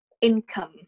income